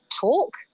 talk